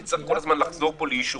נצטרך כל הזמן לחזור פה לאישורים.